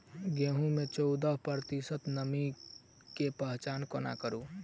गेंहूँ मे चौदह प्रतिशत नमी केँ पहचान कोना करू?